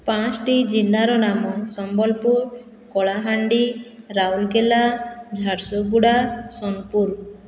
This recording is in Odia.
ପାଞ୍ଚ୍ଟି ଜିଲ୍ଲାର ନାମ ସମ୍ବଲପୁର କଳାହାଣ୍ଡି ରାଉରକେଲା ଝାରସୁଗୁଡ଼ା ସୋନପୁର